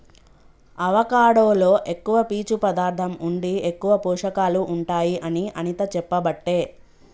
avocado లో ఎక్కువ పీచు పదార్ధం ఉండి ఎక్కువ పోషకాలు ఉంటాయి అని అనిత చెప్పబట్టే